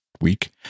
week